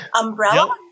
Umbrella